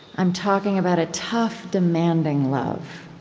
i'm talking about a tough, demanding love.